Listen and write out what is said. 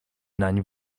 nań